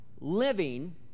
Living